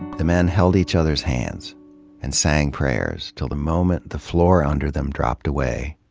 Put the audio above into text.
the men held each other's hands and sang prayers till the moment the floor under them dropped away.